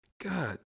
God